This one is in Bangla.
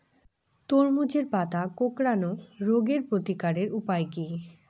তরমুজের পাতা কোঁকড়ানো রোগের প্রতিকারের উপায় কী?